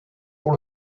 pour